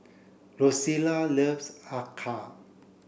Rosella loves Acar